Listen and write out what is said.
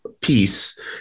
peace